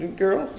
girl